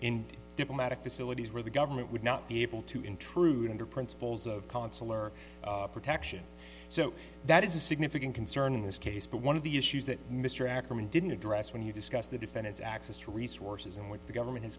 in diplomatic facilities where the government would not be able to intrude into principles of consular protection so that is a significant concern in this case but one of the issues that mr ackerman didn't address when he discussed the defendant's access to resources and what the government